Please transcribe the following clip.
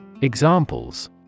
Examples